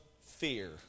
fear